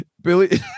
Billy